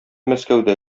мәскәүдә